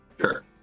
Sure